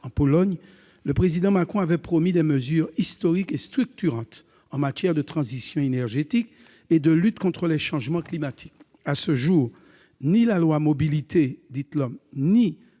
en Pologne, le Président Macron avait promis des mesures « historiques et structurantes » en matière de transition énergétique et de lutte contre les changements climatiques. À ce jour, ni la LOM ni la programmation